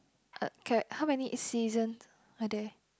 uh K how many season are there